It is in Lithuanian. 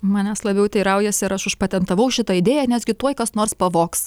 manęs labiau teiraujasi ar aš užpatentavau šitą idėją nes gi tuoj kas nors pavogs